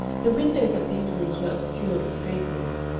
the windows of these rooms were obscured with draperies,